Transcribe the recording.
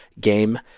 game